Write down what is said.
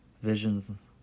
Visions